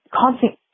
constant